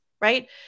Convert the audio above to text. right